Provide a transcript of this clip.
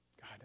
God